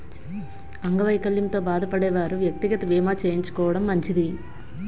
అంగవైకల్యంతో బాధపడే వారు వ్యక్తిగత బీమా చేయించుకోవడం మంచిది